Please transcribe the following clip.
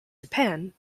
japan